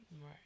Right